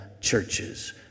churches